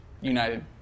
United